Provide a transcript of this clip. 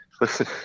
listen